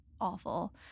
awful